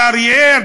באריאל,